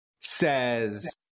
Says